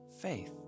faith